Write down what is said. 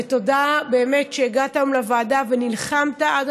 ותודה באמת על שהגעת היום לוועדה ונלחמת עד